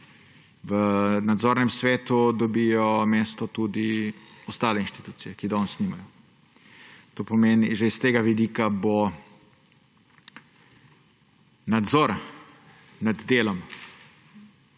V nadzornem svetu dobijo mesto tudi ostale inštitucije, ki ga danes nimajo. Že iz tega vidika bo nadzor nad delom